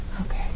Okay